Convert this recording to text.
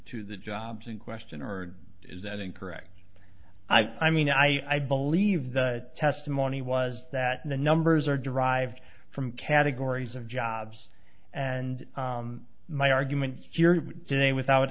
to the jobs in question or is that incorrect i mean i believe the testimony was that the numbers are derived from categories of jobs and my argument here today without